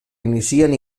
inicien